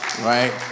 Right